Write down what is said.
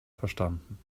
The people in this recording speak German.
verstanden